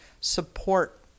support